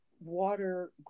water